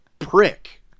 Prick